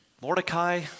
Mordecai